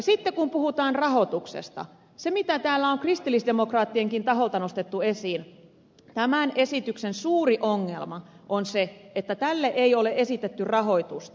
sitten kun puhutaan rahoituksesta niin se mitä täällä on kristillisdemokraattienkin taholta nostettu esiin on että tämän esityksen suuri ongelma on se että tälle ei ole esitetty rahoitusta